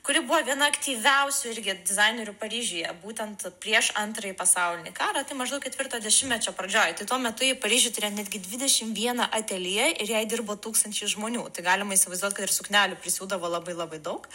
kuri buvo viena aktyviausių irgi dizainerių paryžiuje būtent prieš antrąjį pasaulinį karą tai maždaug ketvirto dešimtmečio pradžioj tai tuo metu ji paryžiuj turėjo netgi dvidešimt viena atelje ir jai dirbo tūkstančiai žmonių tai galima įsivaizduot kad ir suknelių prisiūdavo labai labai daug